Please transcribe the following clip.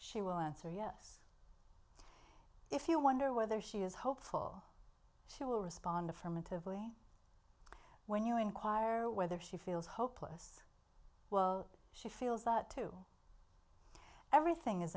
she will answer yes if you wonder whether she is hopeful she will respond affirmatively when you inquire whether she feels hopeless she feels that too everything is